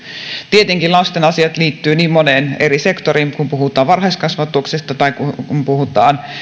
tietenkin lasten asiat liittyvät niin moneen eri sektoriin kun puhutaan varhaiskasvatuksesta tai kun kun puhutaan